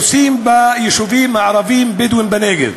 והורסים ביישובים הערביים-בדואיים בנגב.